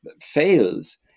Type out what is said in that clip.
fails